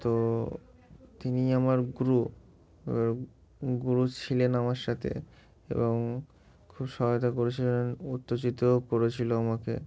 তো তিনি আমার গুরু এবার গুরু ছিলেন আমার সাথে এবং খুব সহায়তা করেছিলেন উত্তেজিতও করেছিল আমাকে